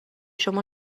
شما